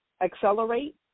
accelerate